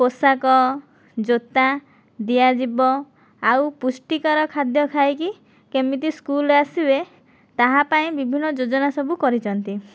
ପୋଷାକ ଜୋତା ଦିଆଯିବ ଆଉ ପୁଷ୍ଟିକର ଖାଦ୍ୟ ଖାଇକି କେମିତି ସ୍କୁଲ୍ ଆସିବେ ତାହା ପାଇଁ ବିଭିନ୍ନ ଯୋଜନା ସବୁ କରିଛନ୍ତି